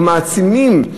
או מעצימים,